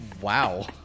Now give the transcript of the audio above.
Wow